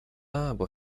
albo